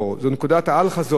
זו נקודת ה"אל חזור",